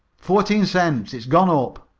fourteen cents. it's gone up.